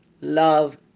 love